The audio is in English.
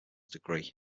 degree